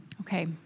Okay